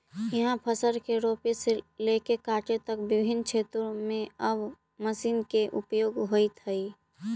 इहाँ फसल के रोपे से लेके काटे तक विभिन्न क्षेत्र में अब मशीन के उपयोग होइत हइ